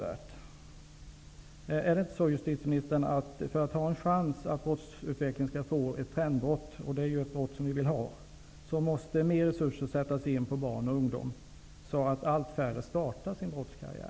Är det inte så, justitieministern, att för att det skall finnas en chans till ett trendbrott för brottsligheten -- som vi vill ha -- måste mer resurser sättas in när det gäller barn och ungdom, så att färre ungdomar startar en brottskarriär.